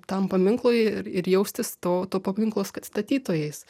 tam paminklui ir ir jaustis to to paminklo ska statytojais